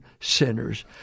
sinners